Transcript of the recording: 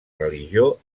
religió